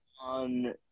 on